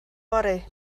fory